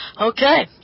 Okay